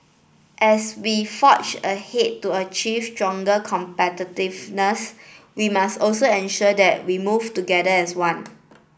as we forge ahead to achieve stronger competitiveness we must also ensure that we move together as one